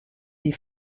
des